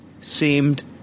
seemed